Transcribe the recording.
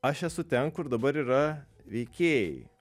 aš esu ten kur dabar yra veikėjai